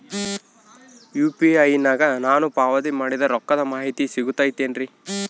UPI ನಾಗ ನಾನು ಪಾವತಿ ಮಾಡಿದ ರೊಕ್ಕದ ಮಾಹಿತಿ ಸಿಗುತೈತೇನ್ರಿ?